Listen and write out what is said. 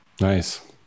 Nice